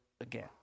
again